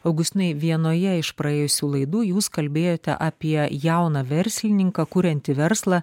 augustinai vienoje iš praėjusių laidų jūs kalbėjote apie jauną verslininką kuriantį verslą